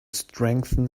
strengthen